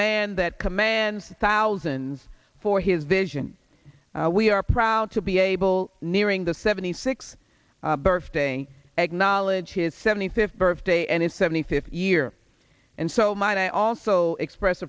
man that commands thousands for his vision we are proud to be able nearing the seventy six birthday egg knowledge his seventy fifth birthday and his seventy fifth year and so my day also express